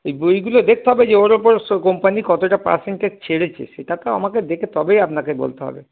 এই বইগুলো দেখতে হবে যে ওর ওপর কোম্পানি কতটা পারসেন্টেজ ছেড়েছে সেটাকেও আমাকে দেখে তবেই আপনাকে বলতে হবে